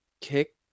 kick